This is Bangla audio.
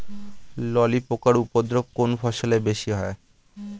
ললি পোকার উপদ্রব কোন ফসলে বেশি হয়?